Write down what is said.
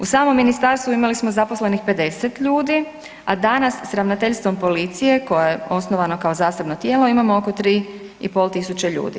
U samom Ministarstvu imali smo zaposlenih 50 ljudi, a danas s Ravnateljstvom policije koje je osnovano kao zasebno tijelo imamo oko 3 i pol tisuće ljudi.